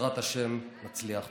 בעזרת השם נצליח.